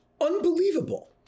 unbelievable